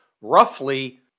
roughly